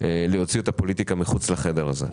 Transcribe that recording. להוציא את הפוליטיקה מחוץ לחדר הזה.